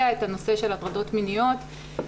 את ה נושא של הטרדות מיניות מהחברה,